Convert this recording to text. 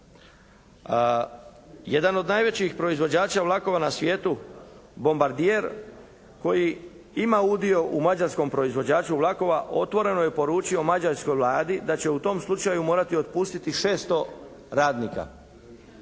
Jedan od najvećih proizvođača vlakova na svijetu «Bombardier» koji ima udio u mađarskom proizvođaču vlakova, otvoreno je poručio mađarskoj Vladi da će u tom slučaju morati otpustiti 600 radnika.